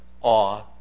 awe